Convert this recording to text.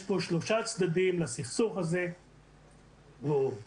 יש לסכסוך הזה שלושה צדדים,